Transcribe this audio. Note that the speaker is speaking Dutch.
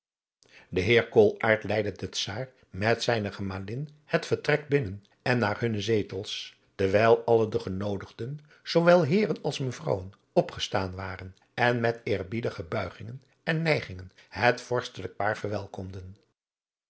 de heer koolaart leidde den czaar met zijne gemalin het vertrek binnen en naar hunne zetels terwijl alle de genoodigden zoowel heeren als mevrouwen opgestaan waren en met eerbiedige buigingen en neigingen het vorstelijk paar verwelkomden